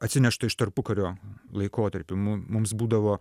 atsineštą iš tarpukario laikotarpio mum mums būdavo